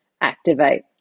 activate